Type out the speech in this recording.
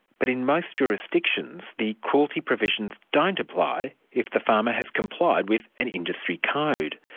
but in most jurisdictions the cruelty provisions don't apply if the farmer has complied with an industry code.